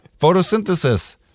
photosynthesis